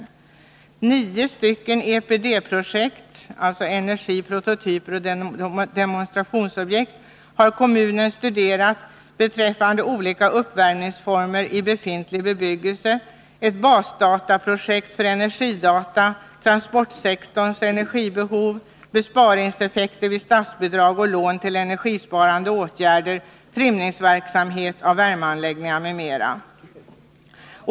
I nio s.k. EPD-projekt har kommunen studerats beträffande olika uppvärmningsformer i befintlig bebyggelse, ett basdataprojekt för energidata, transportsektorns energibehov, besparingseffekter vid statsbidrag och lån till energisparande åtgärder, trimning av värmeanläggningar m.m.